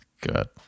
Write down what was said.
Good